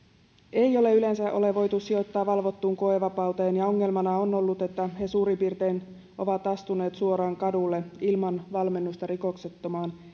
ei ole yleensä voitu sijoittaa valvottuun koevapauteen ja ongelmana on ollut että he suurin piirtein ovat astuneet suoraan kadulle ilman valmennusta rikoksettomaan